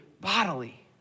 bodily